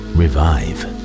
revive